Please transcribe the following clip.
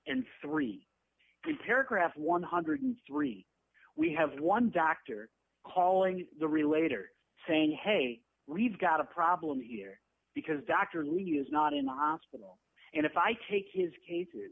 and three paragraph one hundred and three we have one doctor calling the relator saying hey we've got a problem here because dr levy is not in the hospital and if i take his case